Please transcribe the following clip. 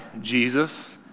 Jesus